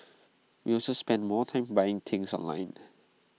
we also spend more time buying things online